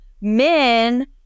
men